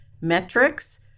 metrics